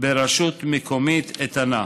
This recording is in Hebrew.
ברשות מקומית איתנה.